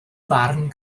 barn